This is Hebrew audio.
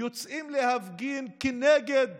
יוצאים להפגין כנגד